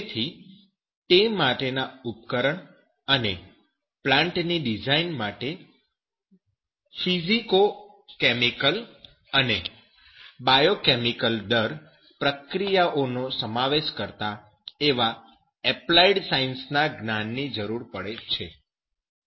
તેથી તે માટેના ઉપકરણ અને પ્લાન્ટની ડિઝાઈન માટે ફિઝીકોકેમિકલ અને બાયોકેમિકલ દર પ્રક્રિયાઓનો સમાવેશ કરતાં એવાં અપ્લાઈડ સાયન્સ ના જ્ઞાનની જરૂર પડે છે